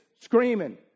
screaming